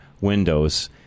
windows